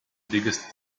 biggest